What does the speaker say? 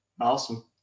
awesome